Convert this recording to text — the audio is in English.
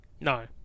No